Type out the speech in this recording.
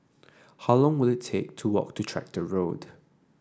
how long will it take to walk to Tractor Road